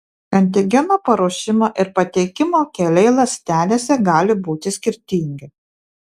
antigeno paruošimo ir pateikimo keliai ląstelėse gali būti skirtingi